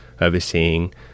overseeing